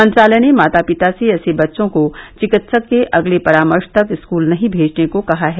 मंत्रालय ने माता पिता से ऐसे बच्चों को चिकित्सक के अगले परामर्श तक स्कूल नहीं भेजने को कहा है